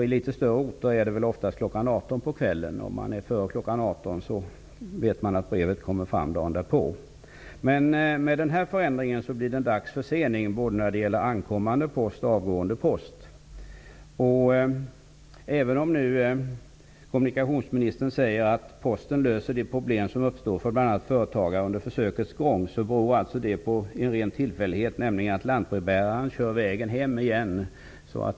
I litet större orter är det oftast kl. 18 på kvällen; är man ute före kl. 18 vet man att brevet kommer fram dagen därpå. Med den här förändringen blir det en dags försening när det gäller både ankommande och avgående post. Kommunikationsministern säger att Posten löser de problem som uppstår för bl.a. företagare under försökets gång. Men det beror på en ren tillfällighet, nämligen att lantbrevbäraren kör samma väg hem igen.